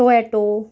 Toyota